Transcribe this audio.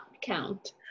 count